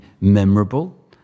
memorable